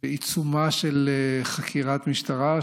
בעיצומה של חקירת משטרה,